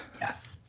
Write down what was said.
Yes